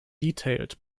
detailed